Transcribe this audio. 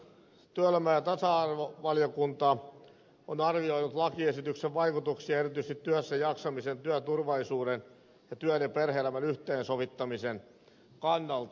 työelämä ja tasa arvovaliokunta on arvioinut lakiesityksen vaikutuksia erityisesti työssäjaksamisen työturvallisuuden ja työn ja perhe elämän yhteensovittamisen kannalta